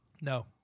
No